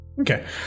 Okay